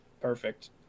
Perfect